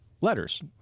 letters